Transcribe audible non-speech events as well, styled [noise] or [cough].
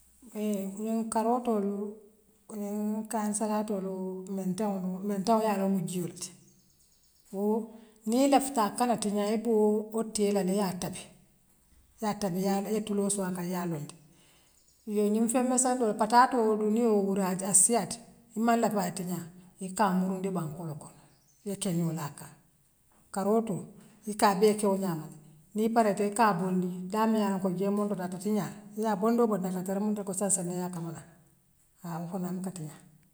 [unintelligible] ko nin karootool ko nin kaani salaatooluu minteŋool minteŋool yaa loŋ wool muŋ jiool leti woo niŋ i lafitaa a kana tiňaa ibewoo woo teelana yaa tabi yaa tabiyaala yee tuloo soo akaŋ yaa loondi yee ňiŋ feŋ messindoo pataatoo dun niwoo wuraata a siaata imann laffi ayee tiňaa ikaa murundi bankoo la kono yee keňoo laa akaŋ karootoo ikaa abee ke woo ňaama nii pareeta ikaa bondi taan muŋ yaa loŋ ko jee montoto aka tiňaale yaa bondoo borta ikatara munto ko sansandi yaa kamanaŋ haa woo fanaŋ muka tiňaa.